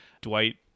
Dwight